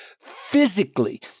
physically